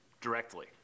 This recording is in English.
directly